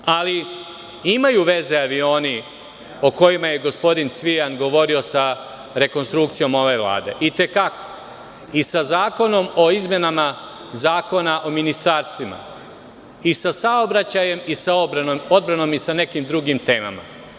Ali, imaju veze avioni o kojima je gospodin Cvijan govorio sa rekonstrukcijom ove Vlade i te kako i sa zakonom o izmenama Zakona o ministarstvima i sa saobraćajem i sa odbranom i sa nekim drugim temama.